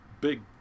big